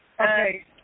Okay